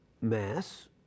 mass